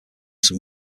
some